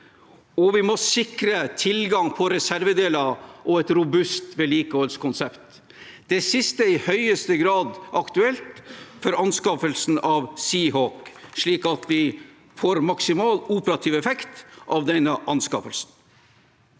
vi må sikre tilgang på reservedeler og et robust vedlikeholdskonsept. Det siste er i høyeste grad aktuelt for anskaffelsen av Seahawk, slik at vi får maksimal operativ effekt av denne anskaffelsen.